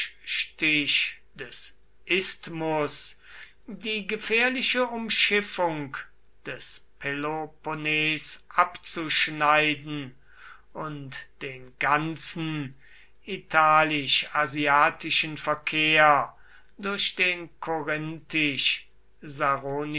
durchstich des isthmus die gefährliche umschiffung des peloponnes abzuschneiden und den ganzen italisch asiatischen verkehr durch den